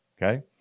Okay